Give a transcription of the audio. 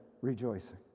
rejoicing